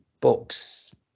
books